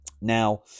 Now